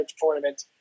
tournament